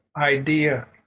idea